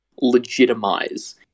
legitimize